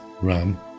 Ram